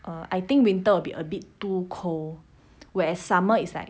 eri I think winter will be a bit too cold whereas summer is like